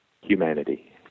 humanity